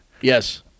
yes